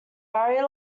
barrie